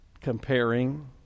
comparing